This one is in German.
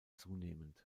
zunehmend